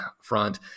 front